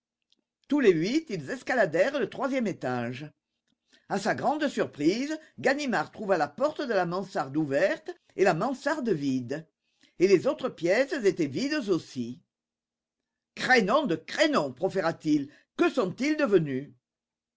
tous les huit ils escaladèrent le troisième étage à sa grande surprise ganimard trouva la porte de la mansarde ouverte et la mansarde vide et les autres pièces étaient vides aussi crénom de crénom proféra t il que sont-ils devenus